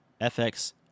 FX